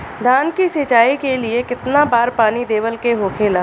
धान की सिंचाई के लिए कितना बार पानी देवल के होखेला?